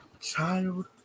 Child